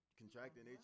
contracting